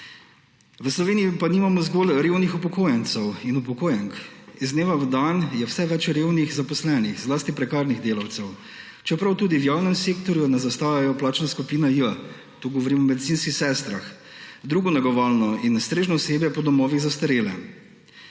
V Sloveniji pa nimamo zgolj revnih upokojencev in upokojenk. Iz dneva v dan je vse več revnih zaposlenih, zlasti prekarnih delavcev, čeprav tudi v javnem sektorju ne zaostajajo – plačna skupina J, tu govorim o medicinskih sestrah, drugo negovalno in strežno osebje po domovih za starejše.